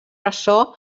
ressò